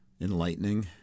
enlightening